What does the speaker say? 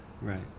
right